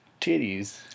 titties